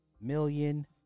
million